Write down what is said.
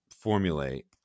formulate